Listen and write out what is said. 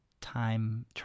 time